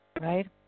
right